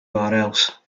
urls